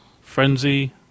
frenzy